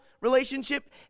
relationship